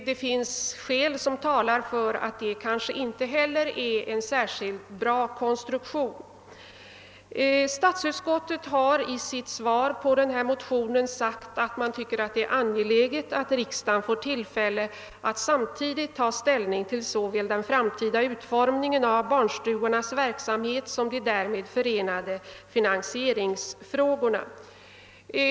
Det finns skäl som talar för att inte heller den konstruktionen är bra. Utskottet har i sitt utlåtande över denna motion sagt, att man finner det angeläget att riksdagen får tillfälle att samtidigt ta ställning till såväl den framtida utformningen av barnstugornas verksamhet som de därmed förenade finansieringsfrågorna.